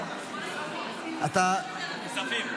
כספים.